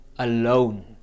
alone